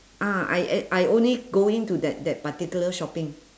ah I I I only go in to that that particular shopping